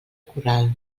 corral